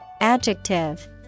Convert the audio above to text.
Adjective